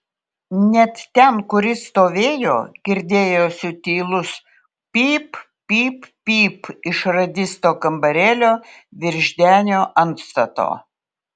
net ten kur jis stovėjo girdėjosi tylus pyp pyp pyp iš radisto kambarėlio virš denio antstato